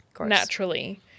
naturally